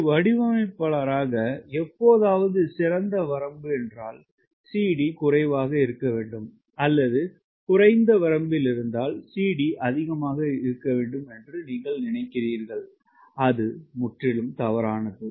ஒரு வடிவமைப்பாளராக எப்போதாவது சிறந்த வரம்பு என்றால் CD குறைவாக இருக்க வேண்டும் அல்லது குறைந்த வரம்பில் இருந்தால் CD அதிகமாக இருக்க வேண்டும் என்று நீங்கள் நினைக்கிறீர்கள் அது தவறானது